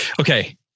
Okay